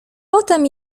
potem